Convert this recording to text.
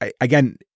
Again